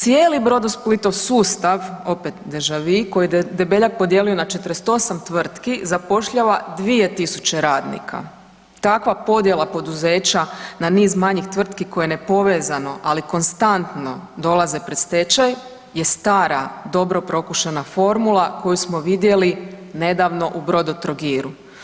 Cijeli Brodosplitov sustav, opet deja-vu koji je Debeljak podijelio na 48 tvrtki zapošljava 2.000 radnika, takva podjela poduzeća na niz manjih tvrtki koje nepovezano, ali konstantno dolaze pred stečaj je stara dobro prokušana formula koju smo vidjeli nedavno u Brodotrogiru.